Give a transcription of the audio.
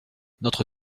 notre